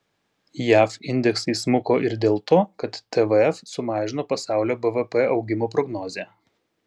jav indeksai smuko ir dėl to kad tvf sumažino pasaulio bvp augimo prognozę